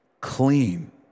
clean